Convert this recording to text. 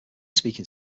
speaking